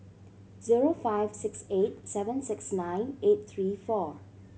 zero five six eight seven six nine eight three four